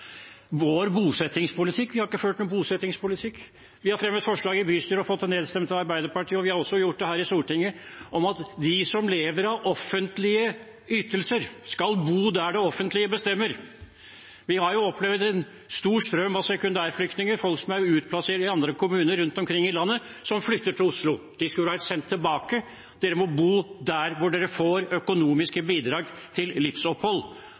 Vår bosettingspolitikk? Vi har ikke ført noen bosettingspolitikk. Vi har fremmet forslag i bystyret og fått det nedstemt av Arbeiderpartiet – vi har også gjort det her i Stortinget – om at de som lever av offentlige ytelser, skal bo der det offentlige bestemmer. Vi har opplevd en stor strøm av sekundærflyktninger, folk som er utplassert i andre kommuner rundt omkring i landet, som flytter til Oslo. De skulle vært sendt tilbake. De må bo der de får økonomiske bidrag til livsopphold.